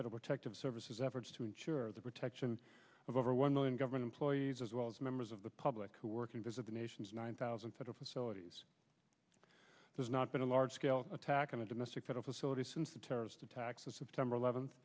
federal protective services efforts to ensure the protection of over one million government employees as well as members of the public who are working visit the nation's nine thousand federal facilities there's not been a large scale attack on the domestic side a facility since the terrorist attacks of september eleventh